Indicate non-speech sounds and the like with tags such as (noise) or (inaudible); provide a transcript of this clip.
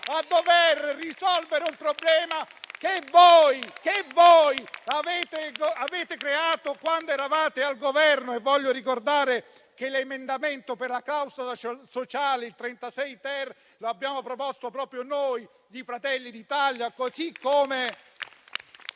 a dover risolvere un problema che voi avete creato quando eravate al Governo! (applause) Voglio ricordare che l'emendamento per la clausola sociale, il 36-*ter*, lo abbiamo proposto proprio noi di Fratelli d'Italia